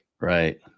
Right